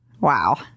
Wow